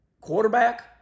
quarterback